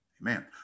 amen